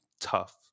tough